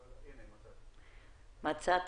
ועל אלה שנמצאים בצווים שמחייבים שמישהו יעקוב אחרי המצב